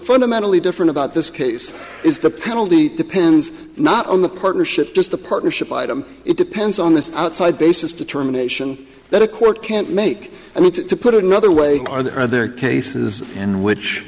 fundamentally different about this case is the penalty depends not on the partnership just the partnership item it depends on the outside basis determination that a court can't make and to put it another way are there are there are cases in which